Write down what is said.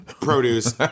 produce